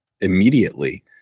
immediately